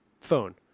phone